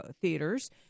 theaters